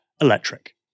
electric